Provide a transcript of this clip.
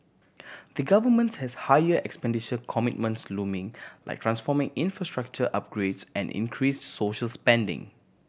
the governments has higher expenditure commitments looming like transformate infrastructure upgrades and increase social spending